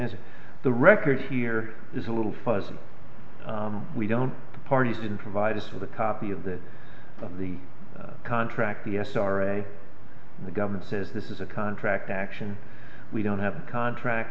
says the record here is a little fuzzy we don't parties didn't provide us with a copy of the of the contract the s r a the government says this is a contract action we don't have a contract